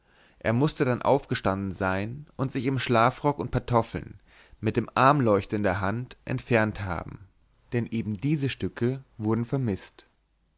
er mußte dann aufgestanden sein und sich im schlafrock und pantoffeln mit dem armleuchter in der hand entfernt haben denn eben diese stücke wurden vermißt